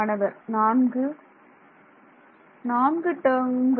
மாணவர் 4 நான்கு டேர்ம்கள்